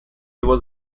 его